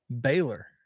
Baylor